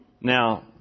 Now